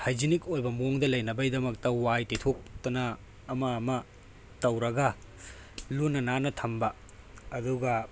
hygienic ꯑꯣꯏꯕ ꯃꯑꯣꯡꯗ ꯂꯩꯅꯕꯒꯤꯗꯃꯛꯇ ꯋꯥꯏ ꯇꯩꯊꯣꯛꯇꯥꯅ ꯑꯃ ꯑꯃ ꯇꯧꯔꯒ ꯂꯨꯅ ꯅꯥꯟꯅ ꯊꯝꯕ ꯑꯗꯨꯒ